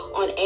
on